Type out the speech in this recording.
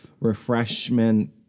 refreshment